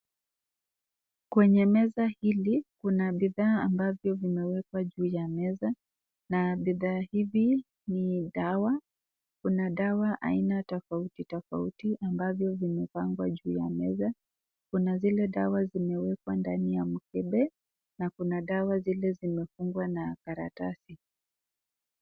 Kwenye meza hili kuna bidhaa ambavyo vimewekwa juu ya meza na bidhaa hizi ni dawa, kuna dawa aina tofauti tofauti ambavyo vimepangwa juu ya meza. Kuna dawa zimeekwa ndani ya mkebe na kuna dawa zile zimefungwa na karatasi.